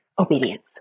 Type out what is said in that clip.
obedience